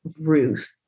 Ruth